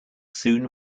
soon